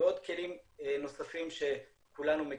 ועוד כלים נוספים שכולנו מכירים.